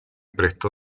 prestó